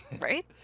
Right